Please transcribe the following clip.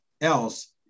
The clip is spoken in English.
else